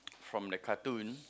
from the cartoon